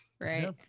right